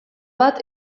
bat